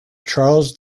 charles